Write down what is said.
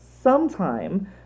sometime